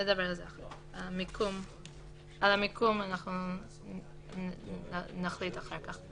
על המיקום אנחנו נחליט אחר כך.